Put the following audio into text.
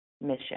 mission